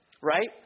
Right